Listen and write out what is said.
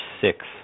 six